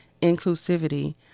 inclusivity